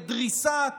לדריסת